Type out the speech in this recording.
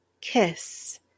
kiss